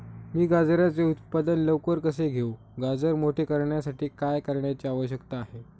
मी गाजराचे उत्पादन लवकर कसे घेऊ? गाजर मोठे करण्यासाठी काय करण्याची आवश्यकता आहे?